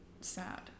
sad